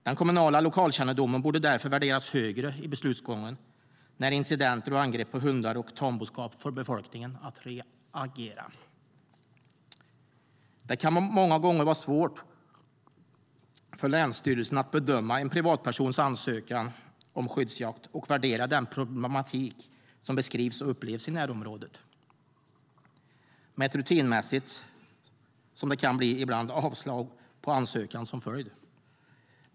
Den kommunala lokalkännedomen borde därför värderas högre i beslutsgången när incidenter och angrepp på hundar och tamboskap får befolkningen att reagera. Det kan många gånger vara svårt för länsstyrelsen att bedöma en privatpersons ansökan om skyddsjakt och värdera den problematik som beskrivs och upplevs i närområdet, med ett rutinmässigt avslag på ansökan som följd.